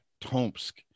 Tomsk